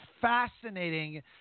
fascinating